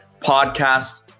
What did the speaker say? Podcast